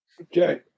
Okay